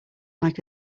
like